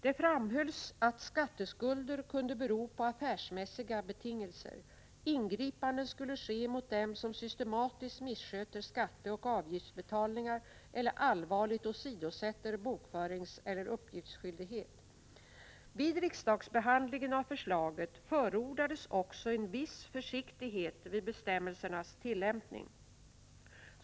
Det framhölls att skatteskulder kunde bero på affärsmässiga betingelser. Ingripanden skulle ske mot dem som systematiskt missköter skatteoch avgiftsbetalningar eller allvarligt åsidosätter bokföringseller uppgiftsskyldighet. Vid riksdagsbehandlingen av förslaget förordades också en viss försiktighet vid bestämmelsernas tillämpning.